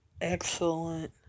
excellent